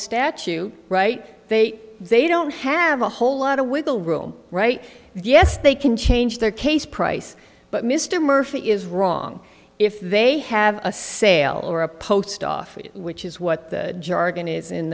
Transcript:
statue right they they don't have a whole lot of wiggle room right yes they can change their case price but mr murphy is wrong if they have a sale or a post office which is what the jargon is in